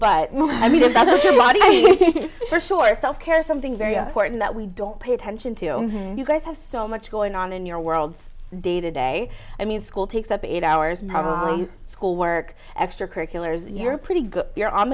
body for sure self care is something very important that we don't pay attention to you guys have so much going on in your world day to day i mean school takes up eight hours school work extracurriculars you're pretty good you're on